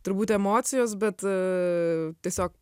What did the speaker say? turbūt emocijos bet tiesiog